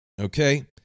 Okay